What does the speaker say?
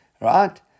right